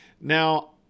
Now